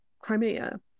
Crimea